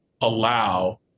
allow